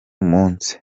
munsi